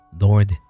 Lord